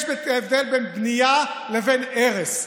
יש הבדל בין בנייה ובין הרס.